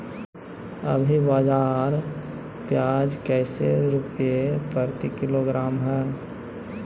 अभी बाजार प्याज कैसे रुपए प्रति किलोग्राम है?